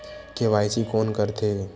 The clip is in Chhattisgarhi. के.वाई.सी कोन करथे?